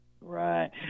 Right